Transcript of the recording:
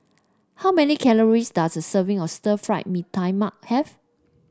how many calories does a serving or Stir Fried Mee Tai Mak have